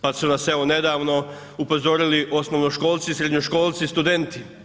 Pa su nas evo nedavno upozorili osnovnoškolci, srednjoškolci i studenti.